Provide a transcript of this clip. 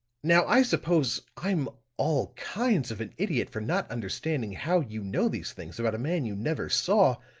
now, i suppose i'm all kinds of an idiot for not understanding how you know these things about a man you never saw.